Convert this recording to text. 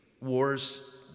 Wars